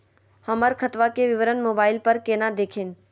हमर खतवा के विवरण मोबाईल पर केना देखिन?